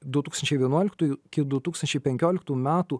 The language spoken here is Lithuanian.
du tūkstančiai vienuoliktųjų iki du tūkstančiai penkioliktų metų